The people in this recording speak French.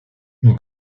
une